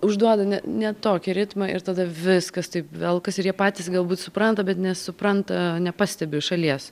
užduoda ne ne tokį ritmą ir tada viskas taip velkasi ir jie patys galbūt supranta bet nesupranta nepastebi iš šalies